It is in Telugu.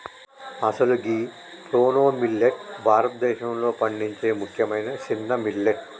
అసలు గీ ప్రోనో మిల్లేట్ భారతదేశంలో పండించే ముఖ్యమైన సిన్న మిల్లెట్